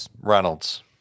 Reynolds